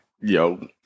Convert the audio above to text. Yo